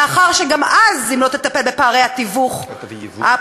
מאחר שגם אז, אם לא תטפל בפערי התיווך, אל